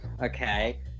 Okay